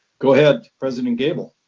go ahead, president gabel.